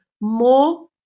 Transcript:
more